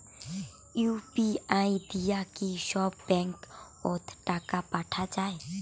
UPI দিয়া কি সব ব্যাংক ওত টাকা পাঠা যায়?